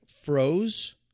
froze